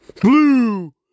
blue